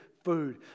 food